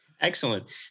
Excellent